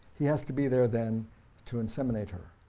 he has to be there then to inseminate her.